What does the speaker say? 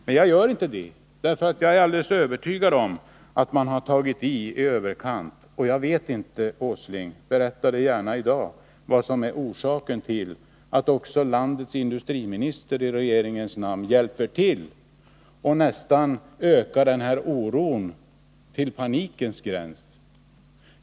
Men jag gör inte det, för jag är alldeles övertygad om att man har tagit till i överkant. Jag vet inte, men berätta gärna i dag, herr Åsling, vad som är orsaken till att också landets industriminister i regeringens namn hjälper till att öka oron nästan till panikens gräns.